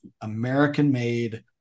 American-made